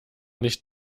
nicht